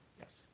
Yes